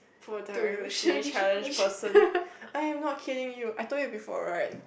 poor directionally challenged person I am not kidding you I told you before right